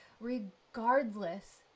regardless